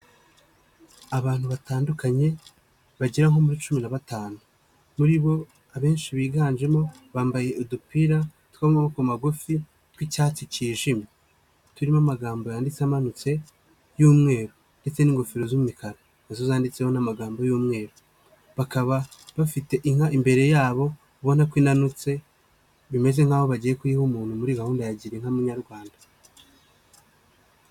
Abantu batandukanye bagera nko muri cumi na batanu muri bo abenshi biganjemo bambaye udupira tw'amaboko magufi tw'icyatsi cyijimye turimo amagambo yanditse amanutse y'umweru ndetse n'ingofero z'umukara nazo zditseho n'amagambo y'umweru, bakaba bafite inka imbere yabo ubona ko inanutse bimeze nk'aho bagiye kuyiha umuntu muri gahunda ya Girinka Munyarwanda.